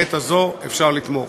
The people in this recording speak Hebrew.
שבעת הזאת אפשר לתמוך.